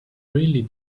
really